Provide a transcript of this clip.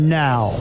now